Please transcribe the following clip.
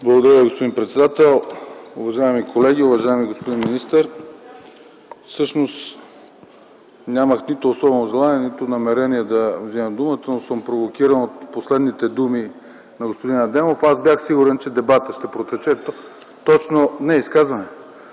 Благодаря Ви, господин председател. Уважаеми колеги, уважаеми господин министър! Всъщност, нямах нито особено желание, нито намерение да вземам думата, но съм провокиран от последните думи на господин Адемов. Аз бях сигурен, че дебатът ще протече …, ХАСАН